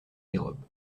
dérobe